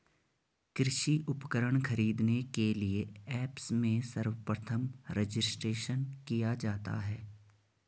कृषि उपकरण खरीदने के लिए ऐप्स में सर्वप्रथम रजिस्ट्रेशन किया जाता है